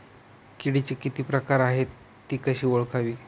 किडीचे किती प्रकार आहेत? ति कशी ओळखावी?